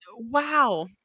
Wow